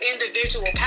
individual